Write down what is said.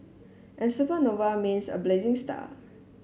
and supernova means a blazing star